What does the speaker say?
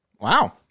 Wow